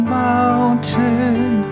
mountain